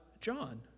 john